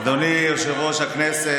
אדוני היושב-ראש,